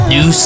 New